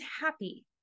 happy